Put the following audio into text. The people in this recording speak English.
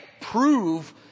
prove